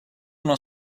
uno